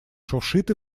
шуршит